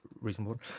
reasonable